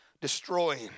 destroying